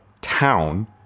town